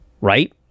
right